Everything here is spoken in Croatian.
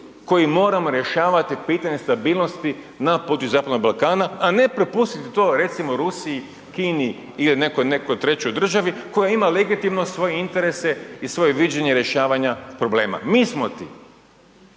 koji moramo rješavati pitanje stabilnosti na području Zapadnog Balkana, a ne prepustiti to recimo Rusiji, Kini ili nekoj trećoj državi koja ima legitimno svoje interese i svoje viđenje rješavanja problema. Mi smo ti